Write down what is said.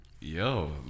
Yo